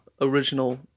original